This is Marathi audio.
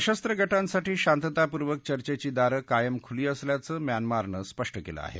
सशस्त्र गटांसाठी शांततापूर्वक चर्चेची दारं कायम खुली असल्याचं म्यानमारनं स्पष्ट केलं आहे